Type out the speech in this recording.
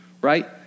right